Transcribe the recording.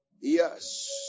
Yes